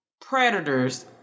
predators